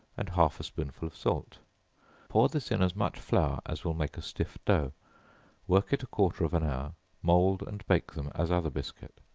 and half a spoonful of salt pour this in as much flour as will make a stiff dough work it a quarter of an hour mould and bake them as other biscuit.